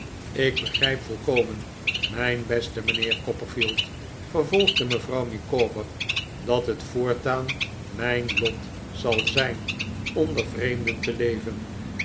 ik begrijp volkomen mijn beste mijnheer copperfield vervolgde mevrouw micawber dat het voortaan mijn lot zal zijn onder vreemden te levenj